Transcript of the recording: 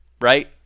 right